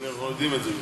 אנחנו כבר יודעים את זה.